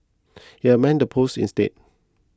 he amended the post instead